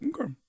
Okay